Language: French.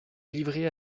livrer